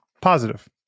Positive